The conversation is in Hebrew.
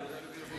אני אתך.